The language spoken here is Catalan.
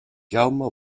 jaume